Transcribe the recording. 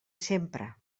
sempre